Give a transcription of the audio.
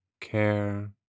care